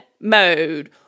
mode